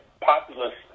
populist